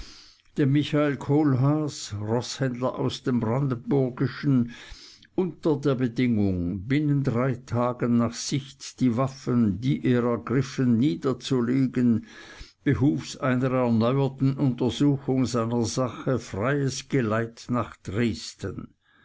dem michael kohlhaas roßhändler aus dem brandenburgischen unter der bedingung binnen drei tagen nach sicht die waffen die er ergriffen niederzulegen behufs einer erneuerten untersuchung seiner sache freies geleit nach dresden